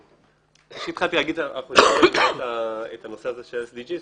פשוט התחלתי להגיד --- את הנושא ה-SDGs,